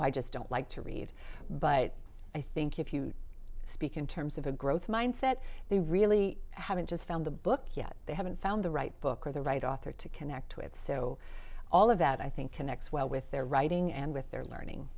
i just don't like to read but i think if you speak in terms of a growth mindset they really haven't just found the book yet they haven't found the right book or the right author to connect with so all of that i think connects well with their writing and with their learning